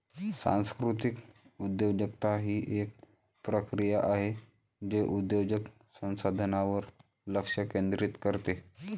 सांस्कृतिक उद्योजकता ही एक प्रक्रिया आहे जे उद्योजक संसाधनांवर लक्ष केंद्रित करते